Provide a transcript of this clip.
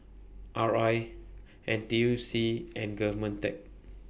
R I N T U C and Govmentech